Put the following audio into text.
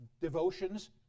devotions